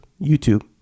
YouTube